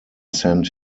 sent